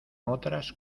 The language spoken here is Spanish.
otras